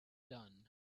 done